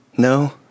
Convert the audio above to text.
No